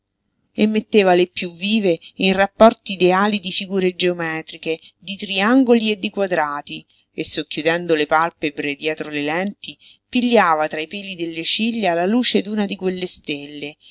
e metteva le piú vive in rapporti ideali di figure geometriche di triangoli e di quadrati e socchiudendo le palpebre dietro le lenti pigliava tra i peli delle ciglia la luce d'una di quelle stelle